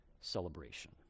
celebration